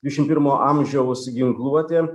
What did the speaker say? dvišim pirmo amžiaus ginkluotė